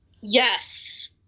Yes